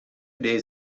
days